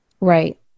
Right